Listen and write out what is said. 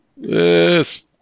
Yes